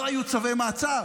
לא היו צווי מעצר.